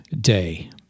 Day